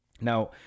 Now